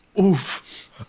Oof